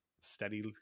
steady